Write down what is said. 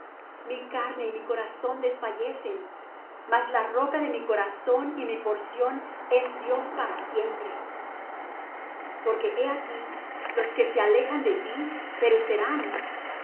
mi carne y mi corazón desfallecen mas la roca de mi corazón y mi porción es dios para siempre porque he aquí los que se alejan de ti perecerán